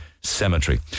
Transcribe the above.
cemetery